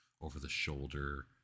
over-the-shoulder